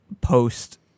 post